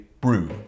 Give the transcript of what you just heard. brew